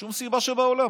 שום סיבה שבעולם.